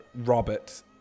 robert